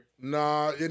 Nah